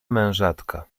mężatka